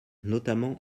notamment